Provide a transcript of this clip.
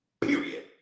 period